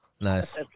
Nice